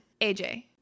AJ